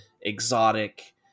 exotic